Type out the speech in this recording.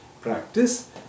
practice